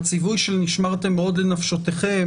הציווי של "נשמרתם מאוד לנפשותיכם",